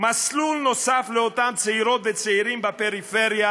מסלול נוסף לאותם צעירות וצעירים בפריפריה